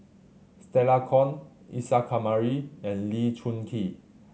Stella Kon Isa Kamari and Lee Choon Kee